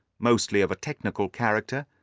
mostly of a technical character,